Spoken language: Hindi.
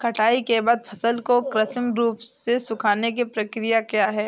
कटाई के बाद फसल को कृत्रिम रूप से सुखाने की क्रिया क्या है?